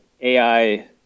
AI